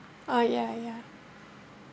oh yeah yeah